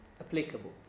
applicable